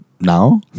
Now